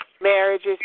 marriages